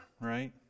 right